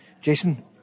Jason